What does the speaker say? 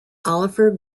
oliver